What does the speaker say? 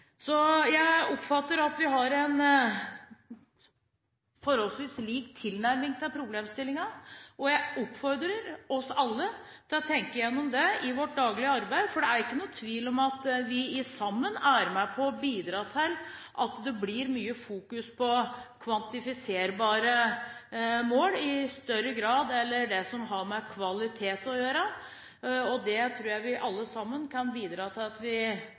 jeg er helt riktig. Jeg oppfatter at vi har en forholdsvis lik tilnærming til problemstillingen. Jeg oppfordrer oss alle til å tenke igjennom det i vårt daglige arbeid. For det er ikke noen tvil om at vi sammen er med på å bidra til at det i større grad blir fokus på kvantifiserbare mål enn det som har med kvalitet å gjøre. Det tror jeg vi alle sammen kan bidra til at vi